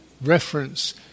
reference